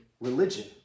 religion